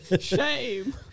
Shame